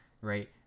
right